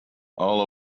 all